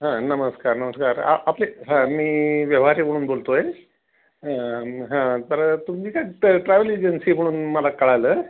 हां नमस्कार नमस्कार आपले हां मी व्यवहारे म्हणून बोलतो आहे हां तर तुम्ही का ट ट्रॅव्हल एजन्सी म्हणून मला कळलं